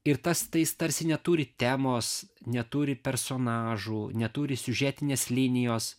ir tas tais tarsi neturi temos neturi personažų neturi siužetinės linijos